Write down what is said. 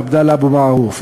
עבדאללה אבו מערוף,